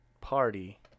party